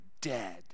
dead